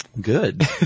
Good